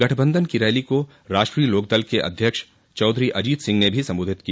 गठबन्धन की रैली को राष्ट्रीय लोकदल के अध्यक्ष चौधरी अजित सिंह ने भी सम्बोधित किया